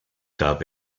gab